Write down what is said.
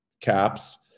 Caps